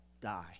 die